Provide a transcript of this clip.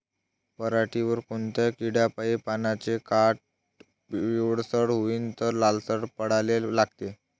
पऱ्हाटीवर कोनत्या किड्यापाई पानाचे काठं पिवळसर होऊन ते लालसर पडाले लागते?